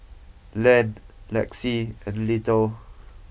Len Lexi and Little